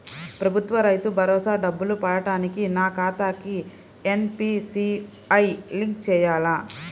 ప్రభుత్వ రైతు భరోసా డబ్బులు పడటానికి నా ఖాతాకి ఎన్.పీ.సి.ఐ లింక్ చేయాలా?